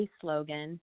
slogan